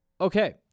Okay